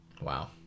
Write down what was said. Wow